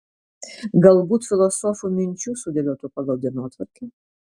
galbūt filosofų minčių sudėliotų pagal dienotvarkę